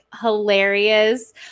hilarious